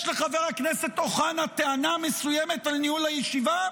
יש לחבר הכנסת אוחנה טענה מסוימת על ניהול הישיבה,